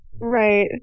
Right